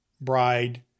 bride